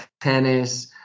tennis